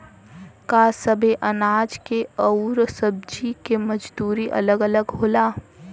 का सबे अनाज के अउर सब्ज़ी के मजदूरी अलग अलग होला?